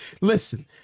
listen